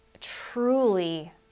truly